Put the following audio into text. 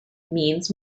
means